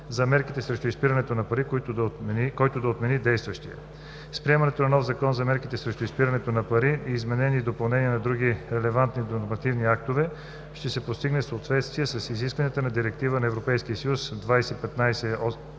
за мерките срещу изпирането на пари, който да отмени действащия. С приемането на нов Закон за мерките срещу изпирането на пари и изменения и допълнения на други релевантни нормативни актове ще се постигне съответствие с изискванията на Директива (ЕС) 2015/849